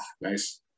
Nice